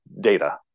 data